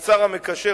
כשר המקשר,